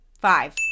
five